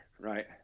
right